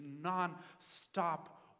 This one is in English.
non-stop